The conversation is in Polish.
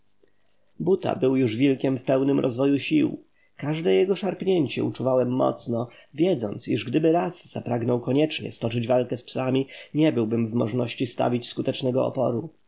buta był już wilkiem w pełnym rozwoju sił każde jego szarpnięcie uczuwałem mocno wiedząc iż gdyby raz zapragnął koniecznie stoczyć walkę z psami nie byłbym w możności stawić skutecznego oporu